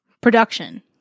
production